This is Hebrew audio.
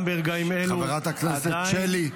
גם בימים אלה -- חברת הכנסת שלי,